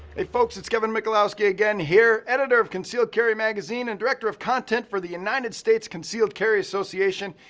hey folks, it's kevin michalowski again here, editor of concealed carry magazine and director of content for the united states concealed carry association.